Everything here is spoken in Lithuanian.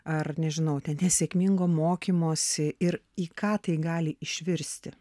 ar nežinau tem nesėkmingo mokymosi ir į ką tai gali išvirsti